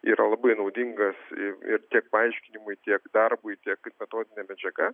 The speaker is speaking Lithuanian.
yra labai naudingas ir tiek paaiškinimui tiek darbui tiek kaip metodinė medžiaga